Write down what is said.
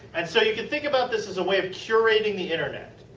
and so, you can think about this as a way of curating the internet.